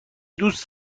دوست